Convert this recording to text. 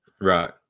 Right